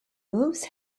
moves